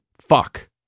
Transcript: Fuck